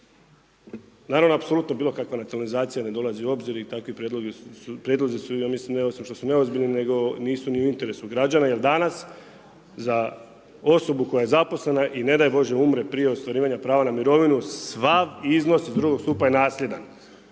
naravno apsolutno bilo kakva nacionalizacija ne dolazi u obzir i takvi prijedlozi su, ja mislim ne osim što su neozbiljni nego nisu ni u interesu građana, jer danas za osobu koja je zaposlena i ne daj Bože umre prije ostvarivanja prava na mirovinu, sav iznos iz drugog stupa je nasljedan.